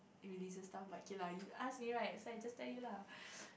religious stuff but okay lah you ask me right so I just tell you lah